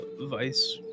Vice